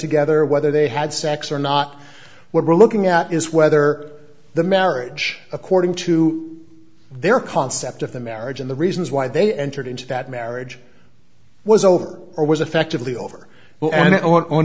together whether they had sex or not what we're looking at is whether the marriage according to their concept of the marriage and the reasons why they entered into that marriage was over or was effectively over and